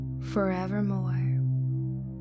forevermore